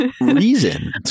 reason